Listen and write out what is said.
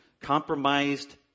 compromised